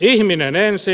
ihminen ensin